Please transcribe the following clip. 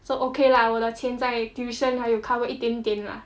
so okay lah 我的钱在 tuition 还有 cover 一点点 lah